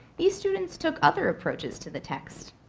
these students took other approaches to the text.